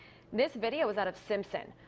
this video is out of simpson.